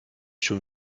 schon